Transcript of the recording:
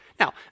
Now